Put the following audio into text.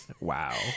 wow